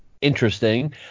interesting